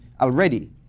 already